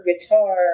guitar